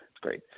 great